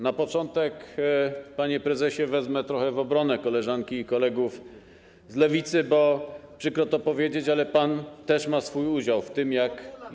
Na początek, panie prezesie, wezmę trochę w obronę koleżanki i kolegów z Lewicy, bo przykro to powiedzieć, ale pan też ma swój udział w tym... ...komuna.